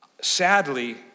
sadly